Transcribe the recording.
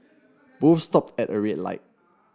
both stopped at a red light